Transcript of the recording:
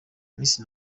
miss